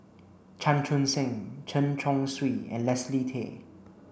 Chan Chun Sing Chen Chong Swee and Leslie Tay